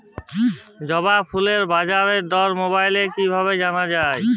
জবা ফুলের বাজার দর মোবাইলে কি করে জানা যায়?